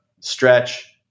stretch